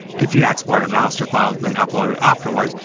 if you export a master file, then upload it afterwards,